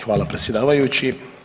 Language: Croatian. Hvala predsjedavajući.